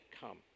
come